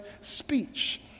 speech